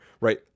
right